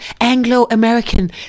Anglo-American